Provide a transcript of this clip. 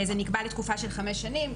זה נקבע לתקופה של חמש שנים.